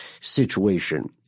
situation